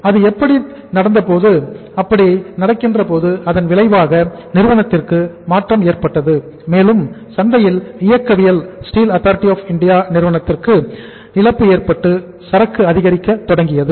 அது அப்படி நடந்தபோது அதன் விளைவாக நிறுவனத்திற்கு மாற்றம் ஏற்பட்டது மேலும் சந்தை இயக்கவியலில் ஸ்டீல் அத்தாரிட்டி ஆப் இந்தியா நிறுவனத்திற்கு இழப்பு ஏற்பட்டு சரக்கு அதிகரிக்க தொடங்கியது